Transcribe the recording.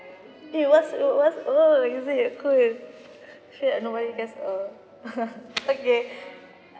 it was it was oh is it cool shit nobody cares err okay